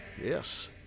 Yes